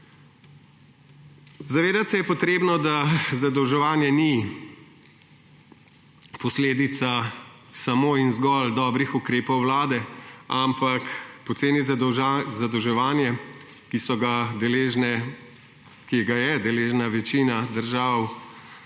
Zavedati se je potrebno, da zadolževanje ni posledica samo in zgolj dobrih ukrepov Vlade, ampak poceni zadolževanje, ki ga je deležna večina držav